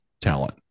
talent